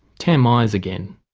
tam myers again.